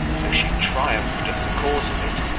though she triumphed at the cause of it,